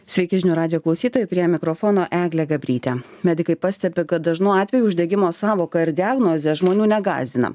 sveiki žinių radijo klausytojai prie mikrofono eglė gabrytė medikai pastebi kad dažnu atveju uždegimo sąvoka ir diagnozė žmonių negąsdina